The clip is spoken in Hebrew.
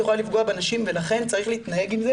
שהיא יכולה לפגוע באנשים ולכן צריך להתנהג עם זה